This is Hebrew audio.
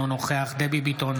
אינו נוכח דבי ביטון,